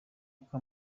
uko